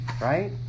right